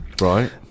Right